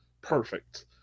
perfect